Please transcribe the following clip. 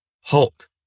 Halt